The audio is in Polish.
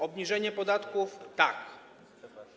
Obniżenie podatków - tak.